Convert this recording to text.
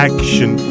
Action